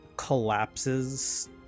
collapses